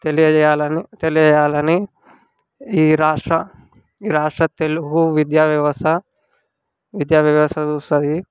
తెలియచేయాలను తెలియాలని ఈ రాష్ట్ర ఈ రాష్ట్ర తెలుగు విధ్య వ్యవస్థ విధ్య వ్యవస్థ చూస్తుంది